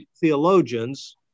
theologians